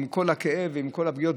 עם כל הכאב ועם כל הפגיעות,